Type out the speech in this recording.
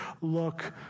look